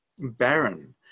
barren